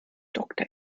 doktor